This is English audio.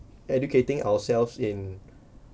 educating ourselves in